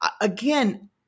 Again